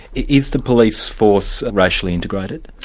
is the police force racially integrated?